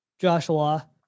Joshua